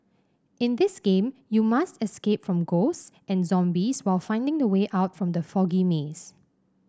in this game you must escape from ghost and zombies while finding the way out from the foggy maze